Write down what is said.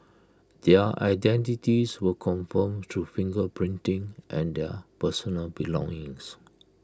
their identities were confirmed through finger printing and their personal belongings